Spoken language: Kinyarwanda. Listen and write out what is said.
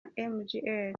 mgr